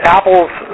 Apple's